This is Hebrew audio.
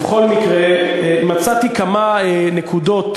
מצאתי כמה נקודות,